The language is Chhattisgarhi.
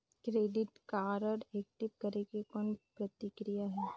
क्रेडिट कारड एक्टिव करे के कौन प्रक्रिया हवे?